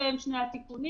אלה הם שני התיקונים.